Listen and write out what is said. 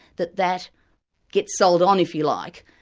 that that gets sold on, if you like,